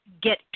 get